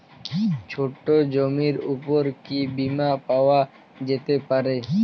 ছোট জমির উপর কি বীমা পাওয়া যেতে পারে?